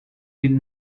did